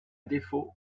défaut